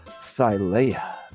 Thylea